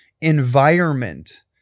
environment